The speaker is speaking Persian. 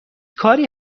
کاری